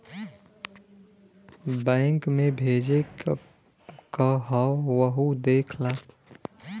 bank मे भेजे क हौ वहु देख ला